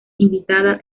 invitada